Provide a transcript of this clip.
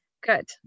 good